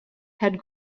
had